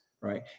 right